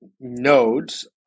nodes